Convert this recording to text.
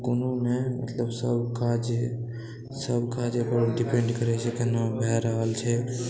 कोनो नहि मतलब सब काज सब काज अपन डिपेंड करै छै केना भए रहल छै